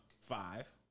five